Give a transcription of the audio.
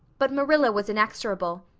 but marilla was inexorable.